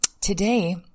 today